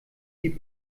die